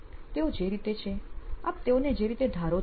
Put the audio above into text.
તેઓ જે રીતે છે આપ તેઓને જે રીતે ધારો છો